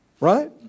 Right